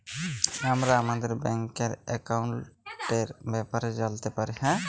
আমরা আমাদের ব্যাংকের একাউলটের ব্যাপারে জালতে পারি